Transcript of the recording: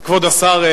כבוד השר,